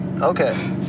okay